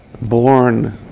born